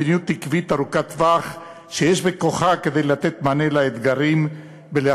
מדיניות עקבית ארוכת-טווח שיש בכוחה כדי לתת מענה על האתגרים ולהפיח